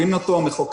הבין אותו המחוקק,